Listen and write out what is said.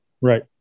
Right